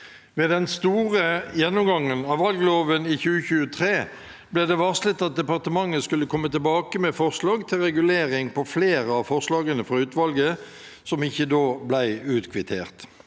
Ved den store gjennomgangen av valgloven i 2023 ble det varslet at departementet skulle komme tilbake med forslag til regulering på flere av forslagene fra utvalget som ikke da ble utkvittert.